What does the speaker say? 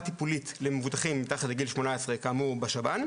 טיפולית למבוטחים מתחת לגיל 18 בשבן.